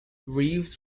reeves